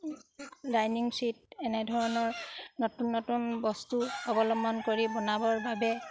dining চিট এনেধৰণৰ নতুন নতুন বস্তু অৱলম্বন কৰি বনাবৰ বাবে